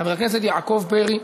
וגם חבר הכנסת באסל גטאס.